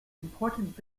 important